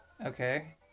Okay